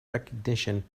recognition